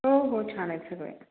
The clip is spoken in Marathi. हो हो छान आहे सगळ